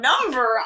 number